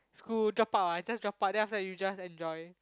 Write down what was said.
school drop out ah just drop out then after that you just enjoy